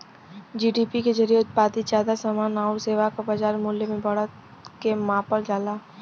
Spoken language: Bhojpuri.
जी.डी.पी के जरिये उत्पादित जादा समान आउर सेवा क बाजार मूल्य में बढ़त के मापल जाला